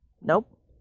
Nope